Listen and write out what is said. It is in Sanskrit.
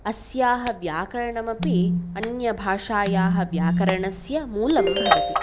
अस्याः व्याकरणमपि अन्यभाषायाः व्याकरणस्य मूलं भवति